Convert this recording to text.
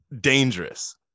dangerous